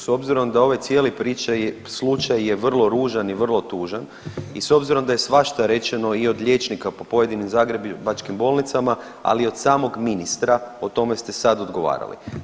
S obzirom da ovaj cijeli priča, slučaj je vrlo ružan i vrlo tužan i s obzirom da je svašta rečeno i od liječnika po pojedinim zagrebačkim bolnicama, ali i od samog ministra, o tome ste sad odgovarali.